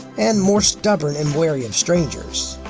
and more stubborn and wary of strangers.